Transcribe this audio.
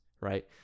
Right